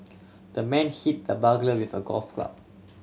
the man hit the burglar with a golf club